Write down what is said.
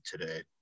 today